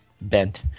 bent